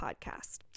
podcast